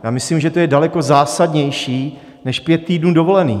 Já myslím, že to je daleko zásadnější než pět týdnů dovolené.